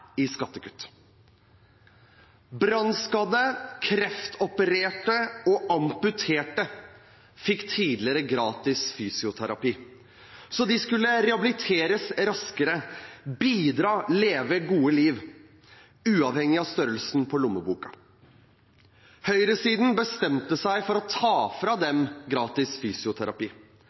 i skattekutt. Brannskadde, kreftopererte og amputerte fikk tidligere gratis fysioterapi for at de skulle rehabiliteres raskere, bidra, leve et godt liv – uavhengig av størrelsen på lommeboken. Høyresiden bestemte seg for å ta fra dem gratis fysioterapi.